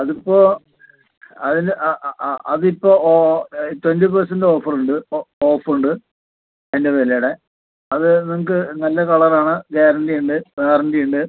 അതിപ്പോൾ അതിന് ആ ആ ആ അതിപ്പോൾ ഒ റ്റൊൻന്റി പെർസെൻറ് ഓഫറുണ്ട് ഒ ഓഫുണ്ട് അതിൻ്റെ വിലയുടെ അത് നിങ്ങൾക്ക് നല്ല കളറാണ് ഗ്യാരന്റിയുണ്ട് വാറന്റി ഉണ്ട്